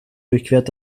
durchquert